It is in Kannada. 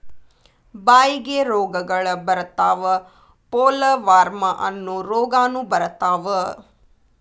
ಬಾಯಿಗೆ ರೋಗಗಳ ಬರತಾವ ಪೋಲವಾರ್ಮ ಅನ್ನು ರೋಗಾನು ಬರತಾವ